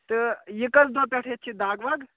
تہٕ یہِ کٔژ دۄہ پٮ۪ٹھ یَتھ چھِ دَگ وَگ